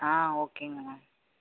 ஆ ஓகேங்க மேம்